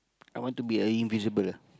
I want to be a invisible ah